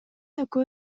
экөө